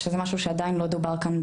שזה משהו שעדיין לא דובר כאן,